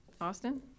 Austin